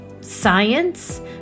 science